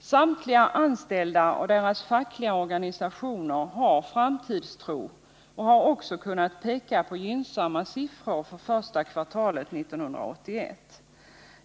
Samtliga anställda och deras fackliga organisationer har framtidstro och har också kunnat peka på gynnsamma siffror under första kvartalet 1980.